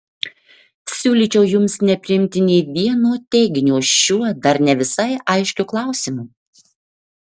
siūlyčiau jums nepriimti nė vieno teiginio šiuo dar ne visai aiškiu klausimu